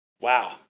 Wow